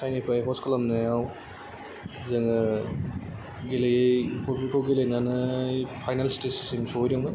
साइनिफ्राय हस्ट खालामनायाव जोङो गेलेयै ट्रफिखौ गेलेनानै फाइनाल स्टेजसिम सहैदोंमोन